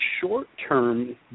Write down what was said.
short-term